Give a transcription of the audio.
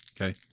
Okay